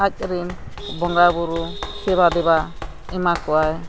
ᱟᱡᱨᱮᱱ ᱵᱚᱸᱜᱟᱼᱵᱩᱨᱩ ᱥᱮᱵᱟ ᱫᱮᱵᱟ ᱮᱢᱟ ᱠᱚᱣᱟᱭ